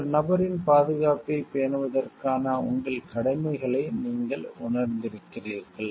மற்ற நபரின் பாதுகாப்பைப் பேணுவதற்கான உங்கள் கடமைகளை நீங்கள் உணர்ந்திருக்கிறீர்கள்